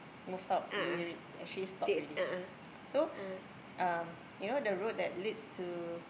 moved out they already actually stopped already so um you know the road that leads to